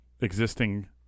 existing